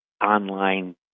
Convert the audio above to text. online